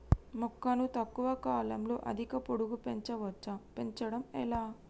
మొక్కను తక్కువ కాలంలో అధిక పొడుగు పెంచవచ్చా పెంచడం ఎలా?